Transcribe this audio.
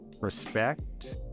respect